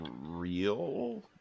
real